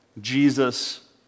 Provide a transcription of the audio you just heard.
Jesus